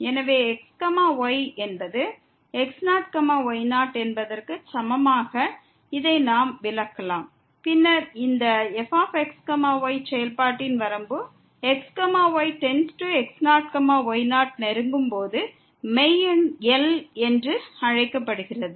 எனவே xy என்பதை x0y0 என்பதற்கு சமமாக இதை நாம் விலக்கலாம் பின்னர் இந்த fx y செயல்பாட்டின் வரம்பு xy→x0y0 நெருங்கும் போது மெய் எண் L என்று அழைக்கப்படுகிறது